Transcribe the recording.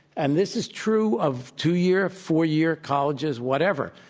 and this is true of two-year, four-year colleges, whatever.